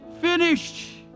finished